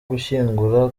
gushyingura